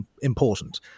important